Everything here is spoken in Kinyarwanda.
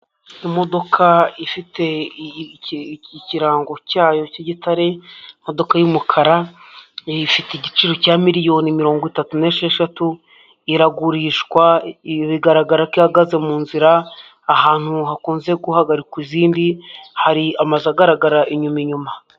Imodoka ifite ikirango cyayo cy'igitare, imodoka y'umukara ifite igiciro cya miliyoni mirongo itatu n'esheshatu, iragurishwa bigaragara ko ihagaze mu nzira, ahantu hakunze guhagarikwa izindi, hari amazu agaragara inyuma inyuma.